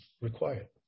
required